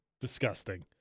Disgusting